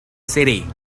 city